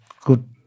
good